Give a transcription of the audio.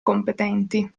competenti